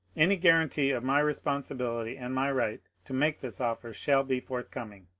any guarantee of my responsibility and my right to make this offer shall be forthcoming.